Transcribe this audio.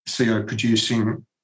CO-producing